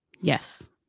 Yes